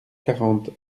quarante